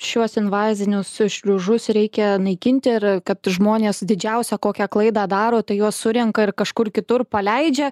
šiuos invazinius šliužus reikia naikinti ir kad žmonės didžiausią kokią klaidą daro tai juos surenka ir kažkur kitur paleidžia